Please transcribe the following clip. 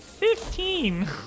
Fifteen